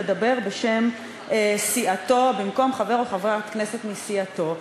לדבר בשם סיעתו במקום חבר או חברת כנסת מסיעתו,